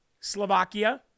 Slovakia